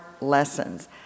lessons